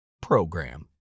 PROGRAM